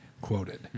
quoted